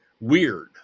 weird